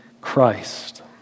Christ